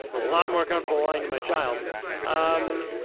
a lot more comfortable lying to my child um